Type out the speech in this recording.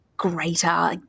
greater